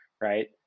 right